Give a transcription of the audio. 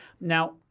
Now